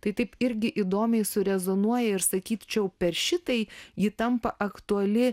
tai taip irgi įdomiai su rezonuoja ir sakyčiau per šitai ji tampa aktuali